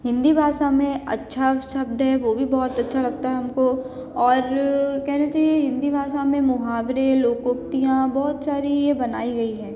हिन्दी भाषा में अच्छा शब्द है वो भी बहुत अच्छा लगता है हमको और कहना चाहिए हिन्दी भाषा में मुहावरे लोकोक्तियाँ बहुत सारी ये बनाई गई हैं